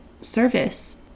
service